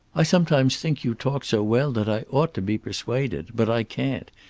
i sometimes think you talk so well that i ought to be persuaded but i can't.